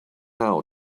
hour